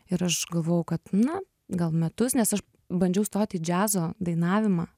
ir aš galvojau kad na gal metus nes aš bandžiau stot į džiazo dainavimą